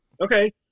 okay